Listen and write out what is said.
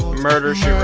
murder she wrote.